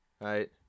right